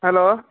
hello